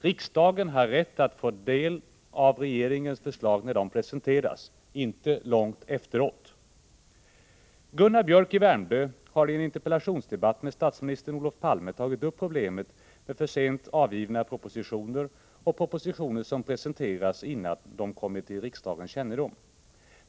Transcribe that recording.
Riksdagen har rätt att få ta del av regeringens förslag när de presenteras, inte långt efteråt. Gunnar Biörck i Värmdö har i en interpellationsdebatt med statsminister Olof Palme tagit upp problemet med för sent avgivna propositioner och propositioner som presenteras innan de kommit till riksdagens kännedom.